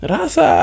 Rasa